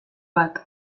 bat